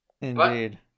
Indeed